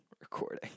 recording